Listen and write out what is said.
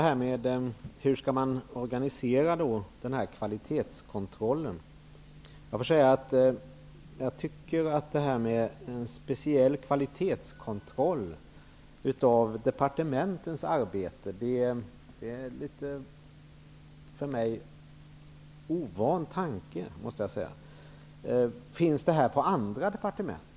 Herr talman! Hur skall kvalitetskontrollen organiseras? En speciell kvalitetskontroll av departementens arbetsresultat är en för mig ovan tanke. Finns det något sådant på andra departement?